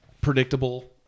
predictable